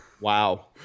Wow